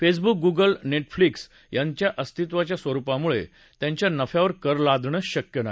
फ्खिव्क Google Netflix यांचं अस्तित्वाच्या स्वरुपामुळत्यिांच्या नफ्यावर कर लादणं शक्य नाही